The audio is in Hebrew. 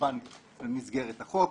כמובן במסגרת החוק.